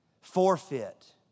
forfeit